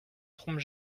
trompe